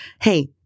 Hey